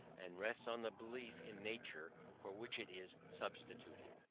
and rests on the belief in nature for which it is substituted.